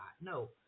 No